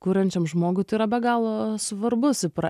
kuriančiam žmogui tai yra be galo svarbu supra